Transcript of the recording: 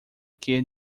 que